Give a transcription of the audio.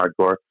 hardcore